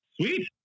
Sweet